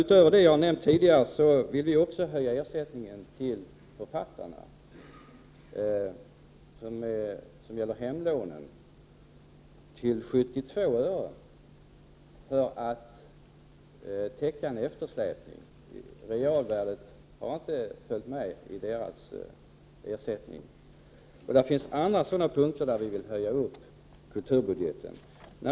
Utöver det jag har nämnt tidigare vill miljöpartiet också höja ersättningen till författarna för hemlån till 72 öre, för att täcka en eftersläpning. Realvärdet har inte följt med i deras ersättning. Det finns också andra punkter där vi vill höja anslagen i kulturbudgeten.